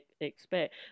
expect